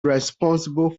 responsible